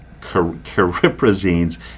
cariprazine's